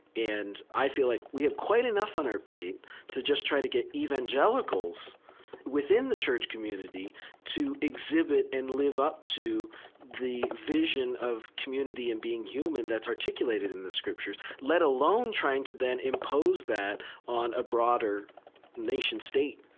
and i feel like we have quite enough on our plate to just try to get evangelicals within the church community to exhibit and live up to the vision of community and being human that's articulated articulated in the scriptures, let alone trying to then impose that on a broader nation state.